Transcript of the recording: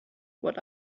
what